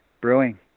brewing